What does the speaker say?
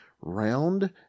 round